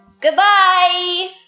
Goodbye